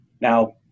now